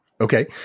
Okay